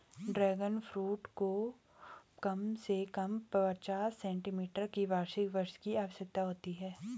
dragon fruit को कम से कम पचास सेंटीमीटर की वार्षिक वर्षा की आवश्यकता होती है